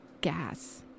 gas